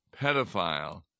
pedophile